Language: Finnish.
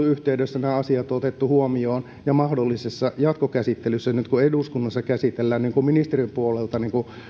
yhteydessä nämä asiat on otettu huomioon ja mahdollisessa jatkokäsittelyssä nyt kun eduskunnassa käsitellään ministeriön puolelta